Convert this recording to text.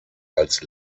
als